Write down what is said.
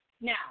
Now